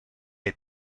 era